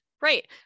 right